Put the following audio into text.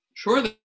Sure